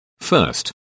First